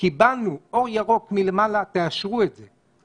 קיבלנו אור ירוק מלמעלה: תאשרו את זה.